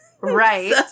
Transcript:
right